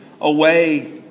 away